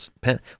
pen